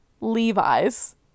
Levi's